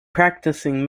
practicing